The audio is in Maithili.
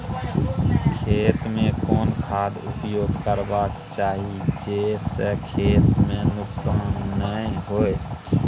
खेत में कोन खाद उपयोग करबा के चाही जे स खेत में नुकसान नैय होय?